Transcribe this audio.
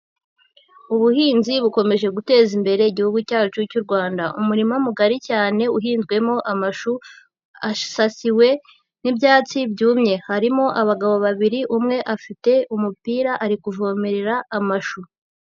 Ubuhinzi bukomeje guteza imbere igihugu cyacu cy'u Rwanda, umurima mugari cyane uhinzwemo amashu asasiwe n'ibyatsi byumye, harimo abagabo babiri, umwe afite umupira ari kuvomerera amashu.